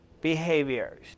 behaviors